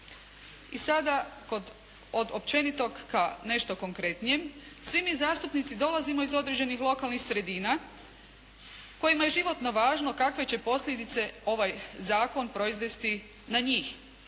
I sada od općenitog ka nešto konkretnijem. Svi mi zastupnici dolazimo iz određenih lokalnih sredina kojima je životno važno kakve će posljedice ovaj zakon proizvesti na njih.